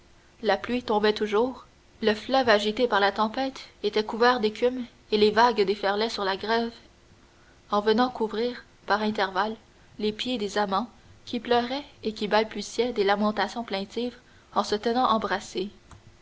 la pluie tombait toujours le fleuve agité par la tempête était couvert d'écume et les vagues déferlaient sur la grève en venant couvrir par intervalle les pieds des amants qui pleuraient et qui balbutiaient des lamentations plaintives en se tenant embrassés